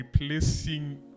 Replacing